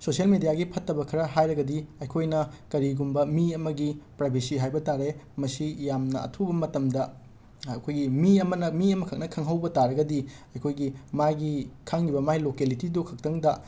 social ꯃꯦꯗꯤꯌꯥꯒꯤ ꯐꯠꯇꯕ ꯈꯔ ꯍꯥꯏꯔꯒꯗꯤ ꯑꯩꯈꯣꯏꯅ ꯀꯔꯤꯒꯨꯝꯕ ꯃꯤ ꯑꯃꯒꯤ ꯄ꯭ꯔꯥꯏꯕꯦꯁꯤ ꯍꯥꯏꯕ ꯇꯥꯔꯦ ꯃꯁꯤ ꯌꯥꯝꯅ ꯑꯊꯨꯕ ꯃꯇꯝꯗ ꯑꯩꯈꯣꯏꯒꯤ ꯃꯤ ꯑꯃꯅ ꯃꯤ ꯑꯃꯈꯛꯅ ꯈꯪꯍꯧꯕ ꯇꯥꯔꯒꯗꯤ ꯑꯩꯈꯣꯏꯒꯤ ꯃꯥꯒꯤ ꯈꯪꯉꯤꯕ ꯃꯥꯏ ꯂꯣꯀꯦꯂꯤꯇꯤꯗꯨ ꯈꯛꯇꯪꯗ